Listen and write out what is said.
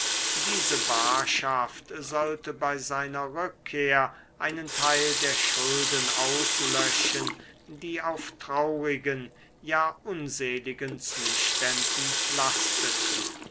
diese barschaft sollte bei seiner rückkehr einen teil der schulden auslöschen die auf traurigen ja unseligen zuständen lasteten